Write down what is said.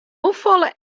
hoefolle